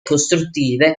costruttive